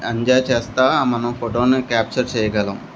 enjoy చేస్తే మనం ఫోటోని క్యాప్చర్ చేయగలం